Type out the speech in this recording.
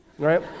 right